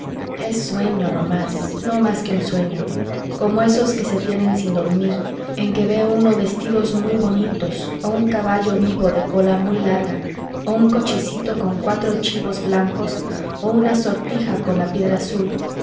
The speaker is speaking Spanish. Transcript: es sueño no más no más que sueño como esos que se tienen sin dormir en que ve uno vestidos muy bonitos o un caballo vivo de cola muy larga o un cochecito con cuatro chivos blancos o una sortija con la piedra azul